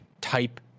type